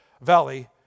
Valley